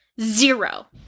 Zero